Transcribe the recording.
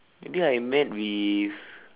maybe I'm mad with